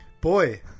Boy